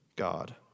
God